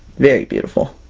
very beautiful!